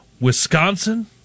Wisconsin